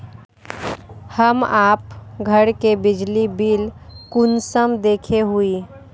हम आप घर के बिजली बिल कुंसम देखे हुई?